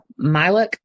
Milik